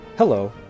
Hello